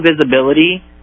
visibility